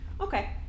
Okay